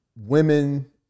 women